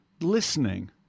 listening